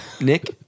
Nick